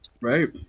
Right